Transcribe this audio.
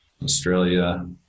Australia